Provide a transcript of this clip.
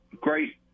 great